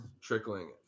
trickling